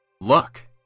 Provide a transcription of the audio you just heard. Look